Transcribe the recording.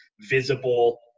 visible